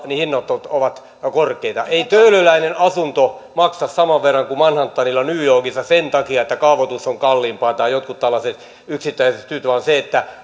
tarjontaa niin hinnat ovat korkeita ei töölössä asunto maksa saman verran kuin manhattanilla new yorkissa sen takia että kaavoitus on kalliimpaa tai joidenkin tällaisten yksittäisten syiden takia